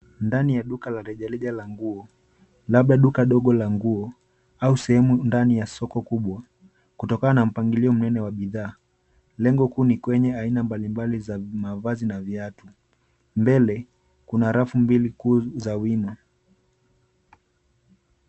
Ndan ya duka la rejareja la nguo labda duka ndogo la nguo au sehemu ndani ya soko kubwa kutokana na mpangilio mnene wa bidhaa. Lengo kuu ni kwenye aina mbalimbali za mavazi na viatu. Mbele kuna rafu mbili kuu za wima.